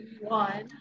one